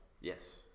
yes